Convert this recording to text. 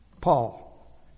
Paul